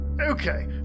Okay